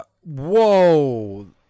Whoa